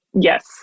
Yes